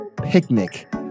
picnic